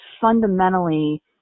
fundamentally